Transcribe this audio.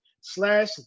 slash